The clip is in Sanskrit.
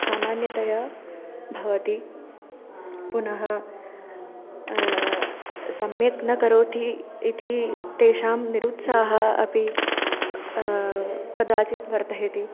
सामान्यतया भवति पुनः सम्यक् न करोति इति तेषां निरुत्साहः अपि कदाचित् वर्धयति